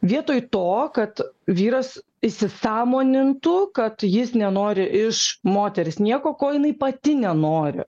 vietoj to kad vyras įsisąmonintų kad jis nenori iš moters nieko ko jinai pati nenori